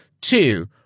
two